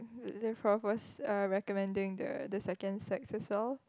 then prof was uh recommending the the second sex as well